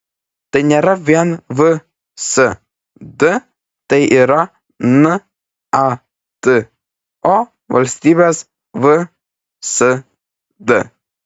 tai nėra vien vsd tai yra nato valstybės vsd